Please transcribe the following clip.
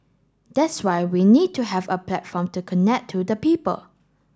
that's why we need to have a platform to connect to the people